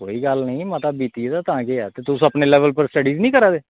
ते चलो टैम मता बीती दा ऐ ते तुस अपने लेवल उप्पर स्टडी निं करी सकदे